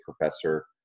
professor